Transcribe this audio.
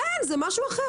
אין, זה משהו אחר.